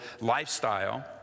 lifestyle